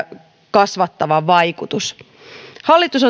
kasvattava vaikutus hallitus